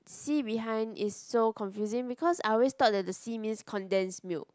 C behind is so confusing because I always thought that the C means condensed milk